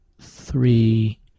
three